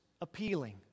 appealing